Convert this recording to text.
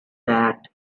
that